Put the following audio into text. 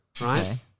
right